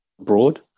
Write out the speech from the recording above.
abroad